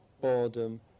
boredom